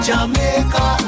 Jamaica